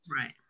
right